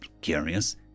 curious